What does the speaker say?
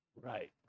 right